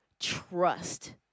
trust